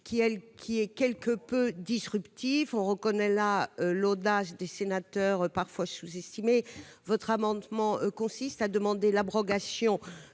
il est quelque peu disruptif ... On reconnaît bien là l'audace des sénateurs, parfois sous-estimée ! Cet amendement vise à demander l'abrogation